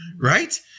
right